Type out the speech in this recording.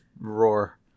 roar